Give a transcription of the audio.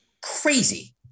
crazy